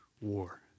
war